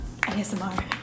ASMR